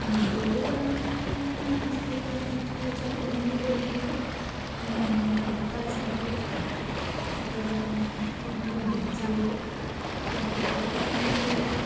ഇന്ത്യയിൽ പ്രധാനമായിട്ടും ലാൻഡ്സ്കേപ്പുകളങ്ങനെ പെട്ടെന്നു ചോദിച്ചാൽ ഓർമ്മയിൽ വരുന്നത് താജ് മഹൽ അതു പോലെ തന്നെ പിന്നെ കുറേ ബീച്ചുകൾ പിന്നെ കേരളത്തിലാണെങ്കിൽ